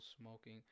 smoking